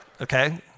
okay